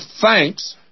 thanks